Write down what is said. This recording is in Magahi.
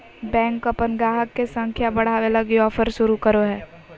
बैंक अपन गाहक के संख्या बढ़ावे लगी ऑफर शुरू करो हय